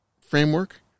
framework